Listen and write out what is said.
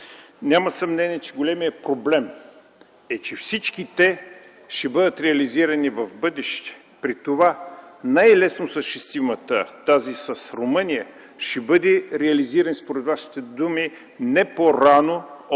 Няма съмнение, големият проблем е, че всички те ще бъдат реализирани в бъдеще. При това най-лесно осъществимата – тази с Румъния, ще бъде реализирана според Вашите думи не по-рано от